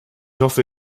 hoffe